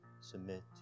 submit